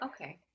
okay